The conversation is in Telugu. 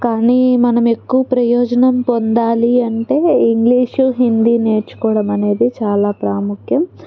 కానీ మనమెక్కు ప్రయోజనం పొందాలి అంటే వ ఇంగ్లీషు హిందీ నేర్చుకోవడమనేది చాలా ప్రాముఖ్యం